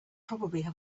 probably